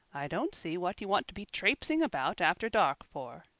i don't see what you want to be traipsing about after dark for,